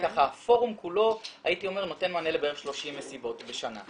הפורום כולו הייתי אומר שנותן מענה לבערך 30 מסיבות בשנה.